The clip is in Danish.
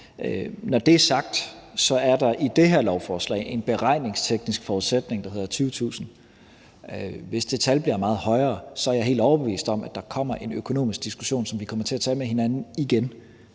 Når det er sagt, er der i det her lovforslag en beregningsteknisk forudsætning med 20.000 personer. Hvis det tal bliver meget højere, er jeg helt overbevist om, at der kommer en økonomisk diskussion, som vi kommer til at tage med hinanden igen,